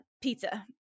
pizza